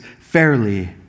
fairly